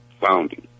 founding